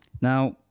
Now